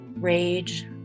rage